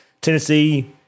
Tennessee